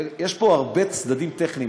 יש פה הרבה צדדים טכניים,